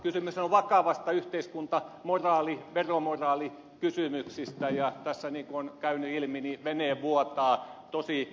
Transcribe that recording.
kysymys on vakavista yhteiskuntamoraali veromoraalikysymyksistä ja tässä niin kuin on käynyt ilmi niin vene vuotaa tosi rankasti